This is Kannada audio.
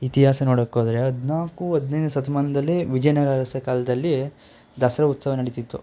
ಇತಿಹಾಸ ನೋಡೋಕೋದ್ರೆ ಹದಿನಾಲ್ಕು ಹದಿನೈದನೇ ಶತಮಾನದಲ್ಲಿ ವಿಜಯನಗರ ಅರಸರ ಕಾಲದಲ್ಲಿ ದಸರಾ ಉತ್ಸವ ನಡೀತ್ತಿತ್ತು